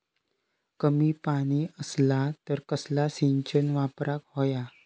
कमी पाणी असला तर कसला सिंचन वापराक होया?